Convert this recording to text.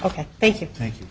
ok thank you thank you